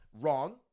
Wrong